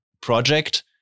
project